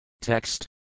Text